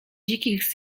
dzikich